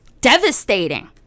devastating